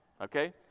Okay